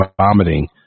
vomiting